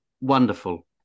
wonderful